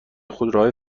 خودروهای